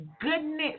goodness